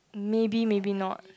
maybe maybe not